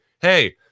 Hey